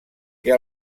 que